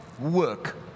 work